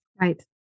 Right